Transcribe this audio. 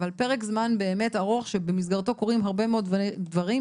אבל פרק זמן באמת ארוך שבמסגרתו קורים הרבה מאוד דברים,